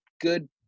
good